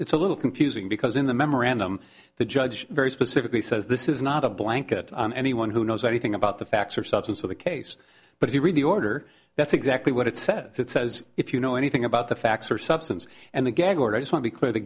it's a little confusing because in the memorandum the judge very specifically says this is not a blanket on anyone who knows anything about the facts or substance of the case but if you read the order that's exactly what it says it says if you know anything about the facts or substance and the gag order just won't be